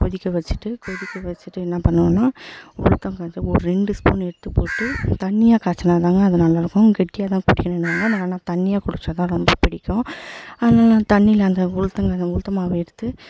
கொதிக்க வைச்சிட்டு கொதிக்க வைச்சிட்டு என்ன பண்ணுவேன்னா உளுத்தம் பருப்பு ஒரு ரெண்டு ஸ்பூன் எடுத்துப் போட்டு தண்ணியாக காய்ச்சினா தான்ங்க அது நல்லா இருக்கும் கெட்டியாக தான் குடிக்கணுங்கிறாங்க நாங்கள் ஆனால் தண்ணியாக குடித்தா தான் ரொம்ப பிடிக்கும் அதனால் தண்ணியில் அந்த உளுத்தங்க உளுத்தமாவை எடுத்து